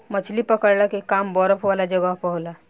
मछली पकड़ला के काम बरफ वाला जगह पर होला